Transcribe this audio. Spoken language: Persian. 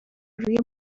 روی